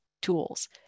tools